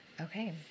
Okay